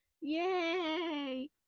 Yay